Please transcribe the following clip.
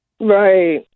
Right